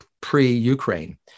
pre-Ukraine